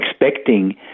expecting